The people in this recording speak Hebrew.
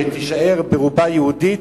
שתישאר ברובה יהודית,